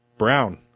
Brown